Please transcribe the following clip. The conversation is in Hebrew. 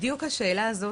בדיוק השאלה הזאת,